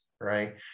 right